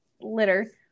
litter